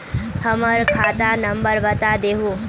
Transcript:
हमर खाता नंबर बता देहु?